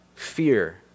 fear